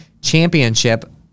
championship